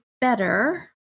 better